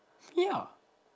ya